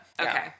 Okay